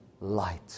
light